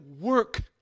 work